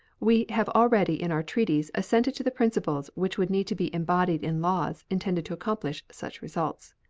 we have already in our treaties assented to the principles which would need to be embodied in laws intended to accomplish such results.